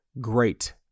great